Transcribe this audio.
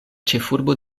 ĉefurbo